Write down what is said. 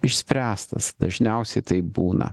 išspręstas dažniausiai taip būna